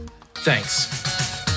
Thanks